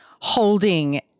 holding